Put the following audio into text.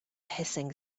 hissing